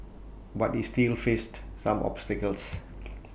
but he still faced some obstacles